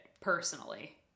personally